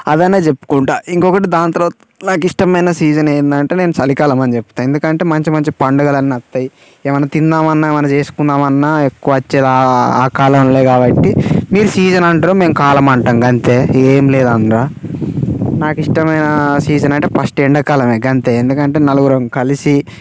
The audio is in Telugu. అది అనే చెప్పుకుంటాను ఇంకొకటి దాని తర్వాత నాకు ఇష్టమైన సీజన్ ఏంటంటే నేను చలికాలం అని చెప్తాను ఎందుకంటే మంచి మంచి పండుగలు అన్నీ వస్తాయి ఏమన్నా తిందామన్నా ఏమన్నా చేసుకుందామన్నా ఎక్కువ వచ్చేది ఆ కాలంలో కాబట్టి మీరు సీజన్ అంటారు మేము కాలం అంటాం అంతే ఏం లేదు అందులో నాకు ఇష్టమైన సీజన్ అంటే ఫస్ట్ ఎండాకాలం అంతే ఎందుకంటే నలుగురు కలిసి